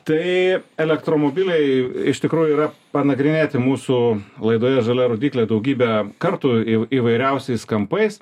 tai elektromobiliai iš tikrųjų yra panagrinėti mūsų laidoje žalia rodyklė daugybę kartų įv įvairiausiais kampais